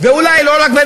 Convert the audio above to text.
לא לנו ולא